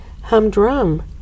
humdrum